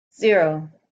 zero